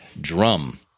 drum